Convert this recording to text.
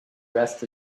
rest